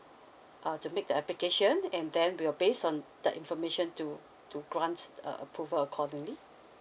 uh to make the application and then we will base on that information to to grant the uh approval accordingly